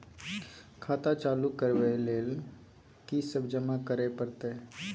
खाता चालू करबै लेल की सब जमा करै परतै?